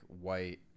white